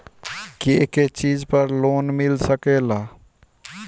के के चीज पर लोन मिल सकेला?